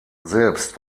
selbst